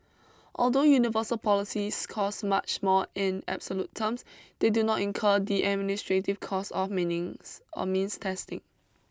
although universal policies cost much more in absolute terms they do not incur the administrative costs of meanings of means testing